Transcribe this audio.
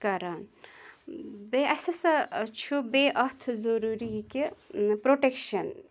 کَران بیٚیہِ اَسہِ ہَسا چھُ بیٚیہِ اَتھ ضروٗری یہِ کہِ پرٛوٹٮ۪کشَن